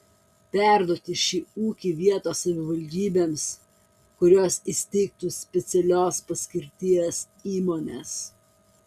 perduoti šį ūkį vietos savivaldybėms kurios įsteigtų specialios paskirties įmones